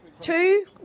Two